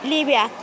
Libya